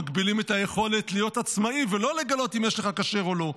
מגבילים את היכולת להיות עצמאי ולא לגלות אם יש לך כשר או לא.